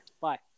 Bye